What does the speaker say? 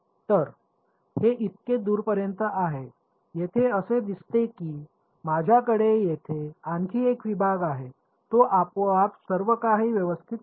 तर हे इतके दूरपर्यंत आहे येथे असे दिसते की माझ्याकडे येथे आणखी एक विभाग आहे हे आपोआप सर्वकाही व्यवस्थित करते